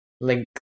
Link